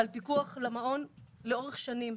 על פיקוח למעון במשך שנים.